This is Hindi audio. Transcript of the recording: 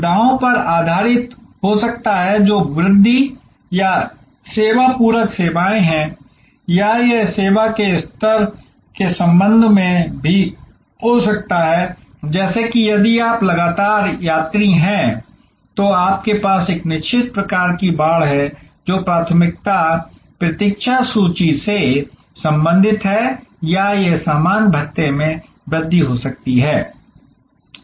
सुविधाओं पर आधारित हो सकता है जो वृद्धि या सेवा पूरक सेवाएं हैं या यह सेवा स्तर के संबंध में भी हो सकता है जैसे कि यदि आप लगातार यात्री हैं तो आपके पास एक निश्चित प्रकार की बाड़ है जो प्राथमिकता प्रतीक्षा सूची से संबंधित है या यह सामान भत्ते में वृद्धि हो सकती है